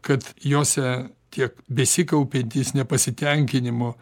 kad jose tiek besikaupiantys nepasitenkinimo